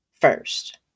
First